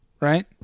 Right